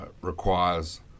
requires